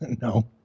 no